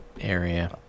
area